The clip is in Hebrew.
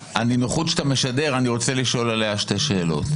הנינוחות שאתה משדר אני רוצה לשאול עליה שתי שאלות: